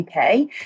uk